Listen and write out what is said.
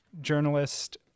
journalist